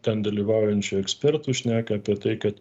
ten dalyvaujančių ekspertų šneka apie tai kad